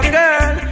girl